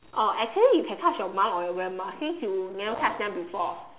oh actually you can touch your mum or your grandma since you never touch them before